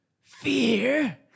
fear